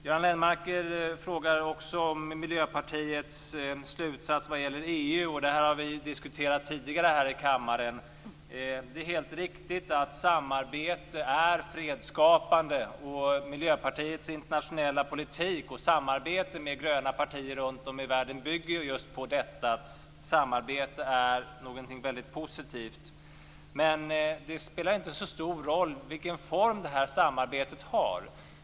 Göran Lennmarker frågar också om Miljöpartiets slutsats vad gäller EU. Det har vi diskuterat tidigare här i kammaren. Det är helt riktigt att samarbete är fredsskapande. Miljöpartiets internationella politik och samarbete med gröna partier runtom i världen bygger just på detta att samarbete är någonting väldigt positivt. Men det spelar inte så stor roll vilken form det samarbetet har.